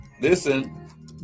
listen